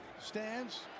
stands